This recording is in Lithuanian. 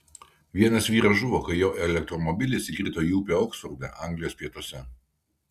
vienas vyras žuvo kai jo elektromobilis įkrito į upę oksforde anglijos pietuose